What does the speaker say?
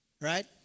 Right